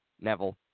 Neville